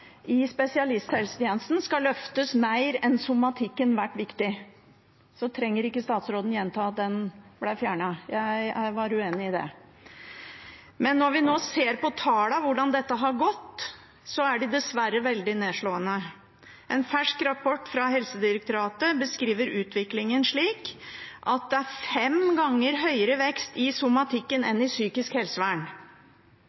i spesialisthelsetjenesten løftes mer enn somatikken, vært viktig. Så trenger ikke statsråden å gjenta at det ble fjernet. Jeg var uenig i det. Men når vi nå ser på tallene for hvordan dette har gått, er det dessverre veldig nedslående. En fersk rapport fra Helsedirektoratet beskriver utviklingen slik at det er fem ganger større vekst i somatikken